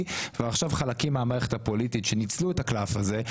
ועכשיו חלקים מהמערכת הפוליטית שניצלו את הקלף הזה,